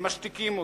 כן משתיקים אותם.